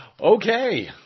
okay